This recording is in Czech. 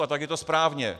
A tak je to správně.